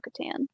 Katan